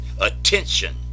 attention